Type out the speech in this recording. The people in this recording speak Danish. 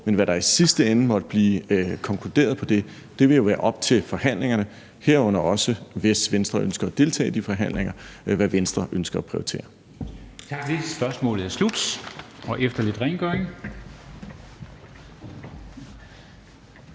men hvad der i sidste ende måtte blive konkluderet på det, vil jo være op til forhandlingerne, herunder også, hvis Venstre ønsker at deltage i de forhandlinger, hvad Venstre ønsker at prioritere.